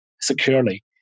securely